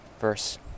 verse